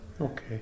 Okay